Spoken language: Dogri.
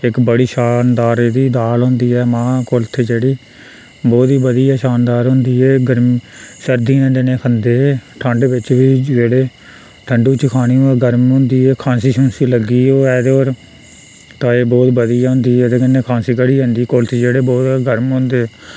इक बड़ी शानदार एह्दी दाल होंदी ऐ मांह् कुल्थ जेह्ड़ी ओह् बी बड़ी गै शानदार होंदी ऐ गर्म सर्दियें दिनें खंदे एह् ठंड बिच्च बी जेह्ड़े ठंडु च खानी होऐ गरम होंदी एह खांसी खुंसी जिसी लग्गी होऐ ते तां एह् बहैत बधिया होंदी ऐ एह्दे कन्नै खांसी घटी जंदी कुल्थ जेह्ड़े बौह्त गरम होंदे